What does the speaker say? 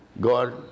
God